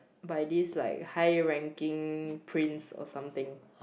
by this like high ranking prince or something